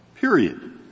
period